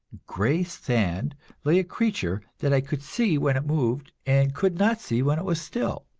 gray sand lay a creature that i could see when it moved and could not see when it was still,